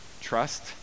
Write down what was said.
trust